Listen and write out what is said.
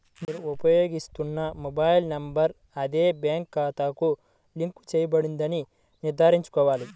మీరు ఉపయోగిస్తున్న mobile number అదే బ్యాంక్ ఖాతాకు లింక్ చేయబడిందని నిర్ధారించుకోవాలి